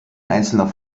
einzelner